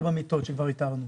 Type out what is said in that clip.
34 מיטות שכבר איתרנו.